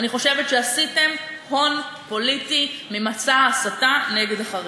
אני חושבת שעשיתם הון פוליטי ממסע ההסתה נגד החרדים.